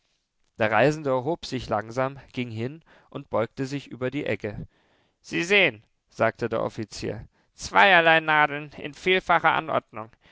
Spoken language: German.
der reisende erhob sich langsam ging hin und beugte sich über die egge sie sehen sagte der offizier zweierlei nadeln in vielfacher anordnung